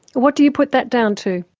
what do you put that down to?